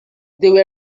they